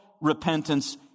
repentance